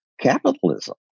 capitalism